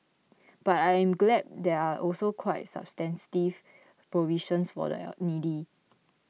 but I am glad there are also quite substantive provisions for the needy